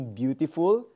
beautiful